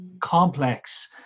complex